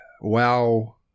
WoW